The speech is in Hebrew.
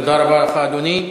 תודה רבה לך, אדוני.